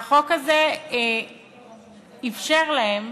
והחוק הזה אפשר להם,